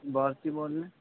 باورچی بول رہے ہیں